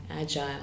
agile